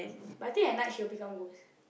but I think at night she will become worse